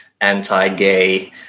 anti-gay